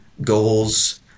goals